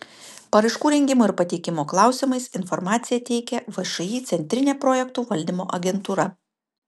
paraiškų rengimo ir pateikimo klausimais informaciją teikia všį centrinė projektų valdymo agentūra